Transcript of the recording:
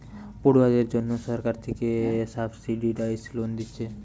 পড়ুয়াদের জন্যে সরকার থিকে সাবসিডাইস্ড লোন দিচ্ছে